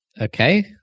Okay